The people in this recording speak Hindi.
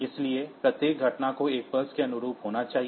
इसलिए प्रत्येक घटना को एक पल्स के अनुरूप होना चाहिए